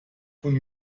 von